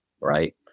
right